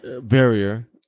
barrier